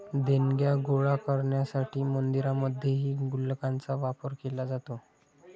देणग्या गोळा करण्यासाठी मंदिरांमध्येही गुल्लकांचा वापर केला जातो